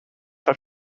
have